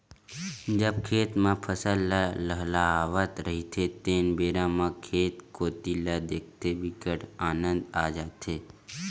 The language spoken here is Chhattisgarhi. जब खेत म फसल ल लहलहावत रहिथे तेन बेरा म खेत कोती ल देखथे बिकट आनंद आ जाथे